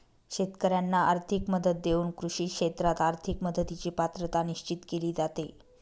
शेतकाऱ्यांना आर्थिक मदत देऊन कृषी क्षेत्रात आर्थिक मदतीची पात्रता निश्चित केली जाते